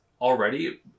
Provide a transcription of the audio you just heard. already